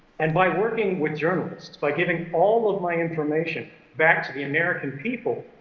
and by working with journalists, by giving all of my information back to the american people,